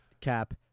cap